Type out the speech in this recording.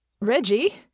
Reggie